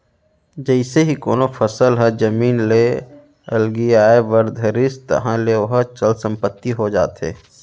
जइसे ही कोनो फसल ह जमीन ले अलगियाये बर धरिस ताहले ओहा चल संपत्ति हो जाथे